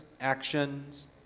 actions